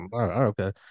Okay